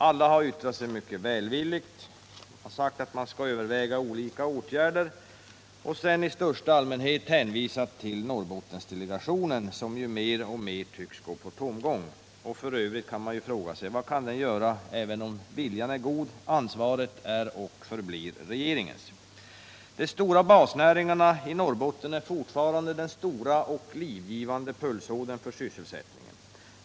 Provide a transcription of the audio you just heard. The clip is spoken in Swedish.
Alla har yttrat sig mycket välvilligt och sagt att man skall överväga olika åtgärder, och sedan har de i största allmänhet hänvisat till Norrbottensdelegationen, som ju mer och mer tycks gå på tomgång. Och f. ö. kan man fråga sig: Vad kan dén göra även om viljan är god? Ansvaret är och förblir regeringens! De stora basnäringarna i Norrbotten är fortfarande den livgivande pulsådern för sysselsättningen.